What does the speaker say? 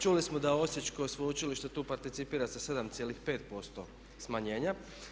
Čuli smo da Osječko sveučilište tu participira sa 7,5% smanjenja.